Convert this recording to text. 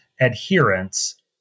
adherence